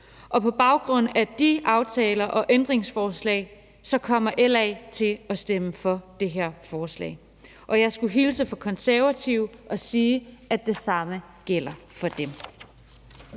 På baggrund af de aftaler og ændringsforslag kommer LA til at stemme for det her forslag. Jeg skulle hilse fra Konservative og sige, at det samme gælder for dem.